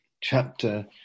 chapter